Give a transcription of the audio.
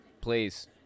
please